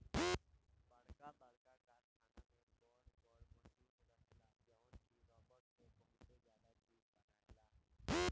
बरका बरका कारखाना में बर बर मशीन रहेला जवन की रबड़ से बहुते ज्यादे चीज बनायेला